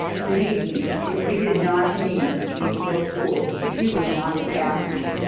believe me, if we did not need these four schools, we would not be asking.